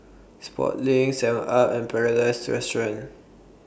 Sportslink Seven up and Paradise Restaurant